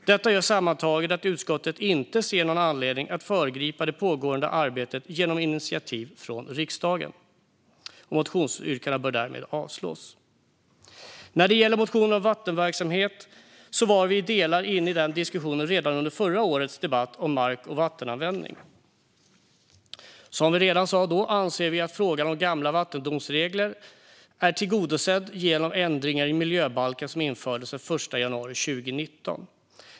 Detta gör sammantaget att utskottet inte ser någon anledning att föregripa det pågående arbetet genom ett initiativ från riksdagen. Motionsyrkandena bör därmed avslås. När det gäller motionen om vattenverksamhet var vi i delar inne i den diskussionen redan under förra årets debatt om mark och vattenanvändning. Som vi sa redan då anser vi att frågan om gamla vattendomsregler är tillgodosedd genom de ändringar i miljöbalken som infördes den 1 januari 2019.